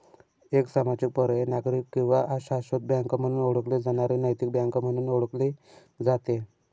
एक सामाजिक पर्यायी नागरिक किंवा शाश्वत बँक म्हणून ओळखली जाणारी नैतिक बँक म्हणून ओळखले जाते